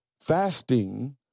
fasting